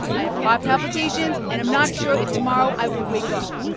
i have heart palpitations, and i'm not sure if tomorrow i will wake up.